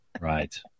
Right